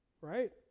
right